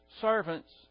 servants